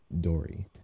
Dory